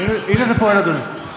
התפוצץ טיל ליד הבית של ההורים שלו.